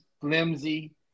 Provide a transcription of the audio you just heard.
flimsy